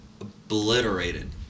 obliterated